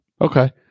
Okay